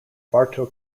bartow